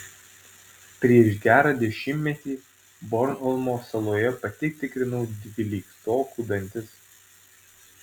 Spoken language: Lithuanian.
prieš gerą dešimtmetį bornholmo saloje pati tikrinau dvyliktokų dantis